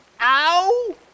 ow